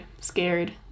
scared